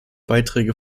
beiträge